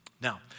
Now